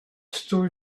two